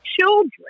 children